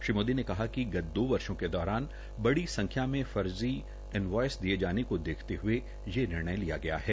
श्री मोदी ने कहा है कि गत दो वर्षौ के दौरान बड़ी संख्या में फर्जी इनवाईस दिय जाने को देखते हये ये निर्णय लिया गया है